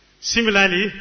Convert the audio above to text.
Similarly